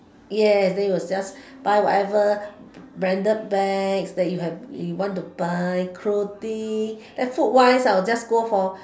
yes then you'll just buy whatever branded bags that you have you want to buy clothing then food wise I'll just go for